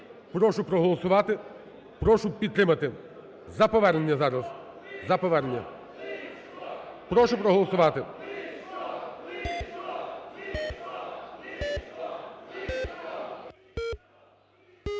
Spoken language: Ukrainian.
Прошу проголосувати. Прошу підтримати. За повернення зараз, за повернення. Прошу проголосувати.